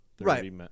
Right